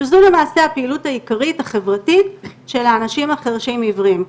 שזו למעשה הפעילות העיקרית החברתית של האנשים החרשים עיוורים.